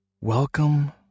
welcome